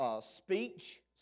speech